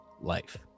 life